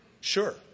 Sure